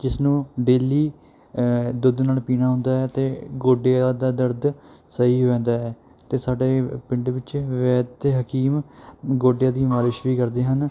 ਜਿਸ ਨੂੰ ਡੇਲੀ ਦੁੱਧ ਨਾਲ ਪੀਣਾ ਹੁੰਦਾ ਹੈ ਅਤੇ ਗੋਡਿਆਂ ਦਾ ਦਰਦ ਸਹੀ ਹੋ ਜਾਂਦਾ ਹੈ ਅਤੇ ਸਾਡੇ ਪਿੰਡ ਵਿੱਚ ਵੈਦ ਅਤੇ ਹਕੀਮ ਗੋਡਿਆਂ ਦੀ ਮਾਲਿਸ਼ ਵੀ ਕਰਦੇ ਹਨ